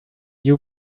you